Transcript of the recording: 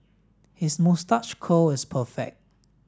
his moustache curl is perfect